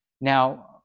Now